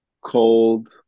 cold